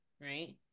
right